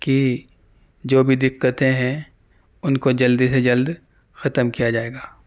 کہ جو بھی دقتیں ہیں ان کو جلدی سے جلد ختم کیا جائے گا